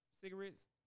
cigarettes